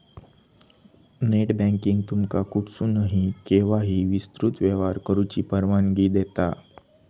net banking तुमका कुठसूनही, केव्हाही विस्तृत व्यवहार करुची परवानगी देता